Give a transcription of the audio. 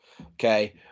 okay